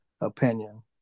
opinion